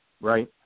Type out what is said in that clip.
right